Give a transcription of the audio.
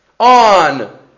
On